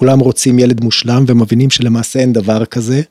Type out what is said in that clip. ‫כולם רוצים ילד מושלם ומבינים ‫שלמעשה אין דבר כזה?